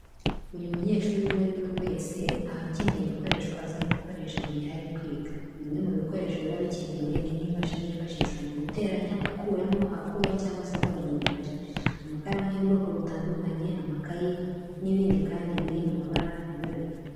Buri munyeshuri uwo ari we wese aba akeneye ibikoresho azajya akoresha mu gihe ari kwiga. Bimwe mu bikoresho biba bikenewe ni nk'imashini yifashishwa mu guteranya, akuramo, akuba cyangwa se agabanya imibare, amakaramu y'ubwoko butandukanye, amakayi n'ibindi kandi biri mu mabara anyuranye.